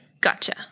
Gotcha